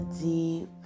deep